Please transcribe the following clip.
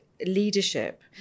leadership